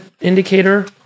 indicator